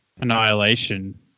Annihilation